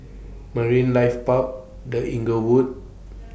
Marine Life Park The Inglewood